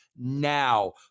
Now